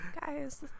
Guys